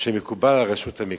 שמקובל על הרשות המקומית.